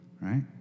right